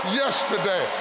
yesterday